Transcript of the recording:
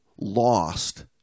lost